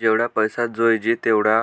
जेवढा पैसा जोयजे तेवढा